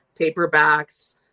paperbacks